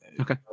Okay